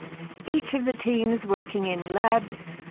each of the teams working in labs,